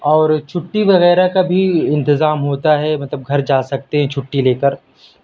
اور چھٹی وغیرہ کا بھی انتظام ہوتا ہے مطلب گھر جا سکتے ہیں چھٹی لے کر